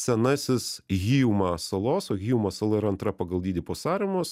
senasis hiuma salos o hiumo sala ir antra pagal dydį po saremos